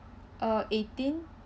uh eighteen